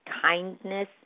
kindness